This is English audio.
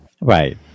Right